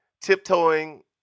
tiptoeing